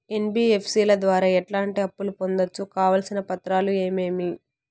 NBFC ల ద్వారా ఎట్లాంటి అప్పులు పొందొచ్చు? కావాల్సిన పత్రాలు ఏమేమి?